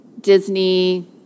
Disney